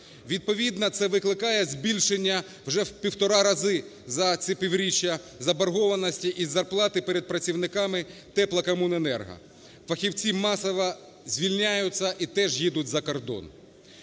Відповідно це викликає збільшення вже в півтора рази за це півріччя заборгованості із зарплати перед працівниками "Теплокомуненерго". Фахівці масово звільняються і теж їдуть за кордон.